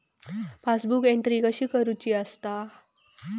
Passbook entry कशी करुची असता?